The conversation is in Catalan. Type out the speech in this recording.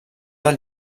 del